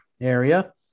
area